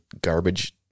garbage